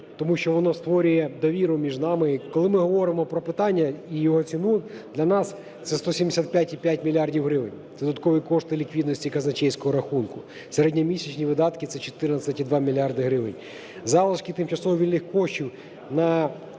тому що воно створює довіру між нами. Коли ми говоримо про питання і його ціну, для нас за 175,5 мільярда гривень, додаткові кошти ліквідності казначейського рахунку, середньомісячні видатки – це 14,2 мільярда гривень. Залишки тимчасово вільних коштів у